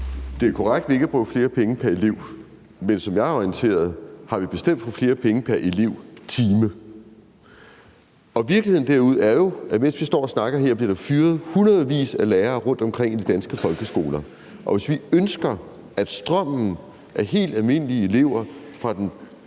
Det er korrekt, at vi ikke har brugt flere penge pr. elev, end vi gør nu, men som jeg er orienteret, har vi bestemt brugt flere penge pr. elevtime. Og virkeligheden derude er jo, at mens vi står og snakker her, bliver der fyret hundredvis af lærere rundtomkring i de danske folkeskoler, og hvis vi ønsker, at strømmen af helt almindelige elever fra den